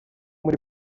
muri